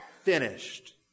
finished